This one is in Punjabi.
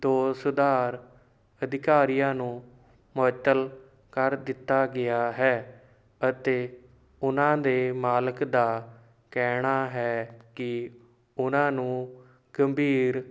ਦੋ ਸੁਧਾਰ ਅਧਿਕਾਰੀਆਂ ਨੂੰ ਮੁਅੱਤਲ ਕਰ ਦਿੱਤਾ ਗਿਆ ਹੈ ਅਤੇ ਉਨ੍ਹਾਂ ਦੇ ਮਾਲਕ ਦਾ ਕਹਿਣਾ ਹੈ ਕਿ ਉਨ੍ਹਾਂ ਨੂੰ ਗੰਭੀਰ